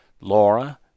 Laura